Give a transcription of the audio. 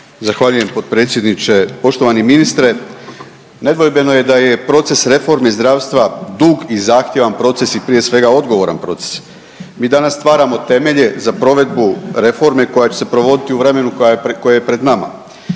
Zahvaljujem potpredsjedniče. Poštovani ministre nedvojbeno je da je proces reforme zdravstva dug i zahtjevan proces i prije svega odgovoran proces. Mi danas stvarano temelje za provedbu reforme koja će se provoditi u vremenu koje je pred nama.